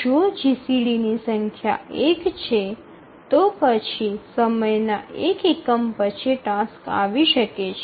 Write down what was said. જો જીસીડી ની સંખ્યા એક છે તો પછી સમયના એક એકમ પછી ટાસ્ક આવી શકે છે